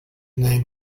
name